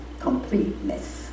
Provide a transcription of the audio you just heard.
completeness